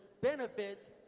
benefits